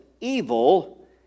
evil